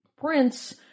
Prince